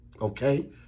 okay